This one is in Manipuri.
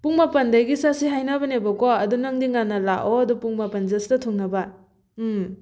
ꯄꯨꯡ ꯃꯥꯄꯟꯗꯒꯤ ꯆꯠꯁꯦ ꯍꯥꯏꯅꯕꯅꯦꯕꯀꯣ ꯑꯗꯨ ꯅꯪꯗꯤ ꯉꯟꯅ ꯂꯥꯛꯣ ꯑꯗꯨ ꯄꯨꯡ ꯃꯥꯄꯟ ꯖꯁꯇ ꯊꯨꯡꯅꯕ ꯎꯝ